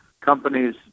companies